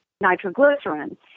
nitroglycerin